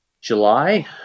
July